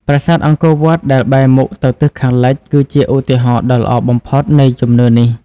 ប្រាសាទអង្គរវត្តដែលបែរមុខទៅទិសខាងលិចគឺជាឧទាហរណ៍ដ៏ល្អបំផុតនៃជំនឿនេះ។